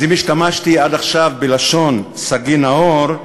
אז אם השתמשתי עד עכשיו בלשון סגי נהור,